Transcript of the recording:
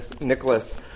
Nicholas